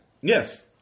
Yes